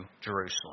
Jerusalem